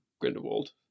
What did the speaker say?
grindelwald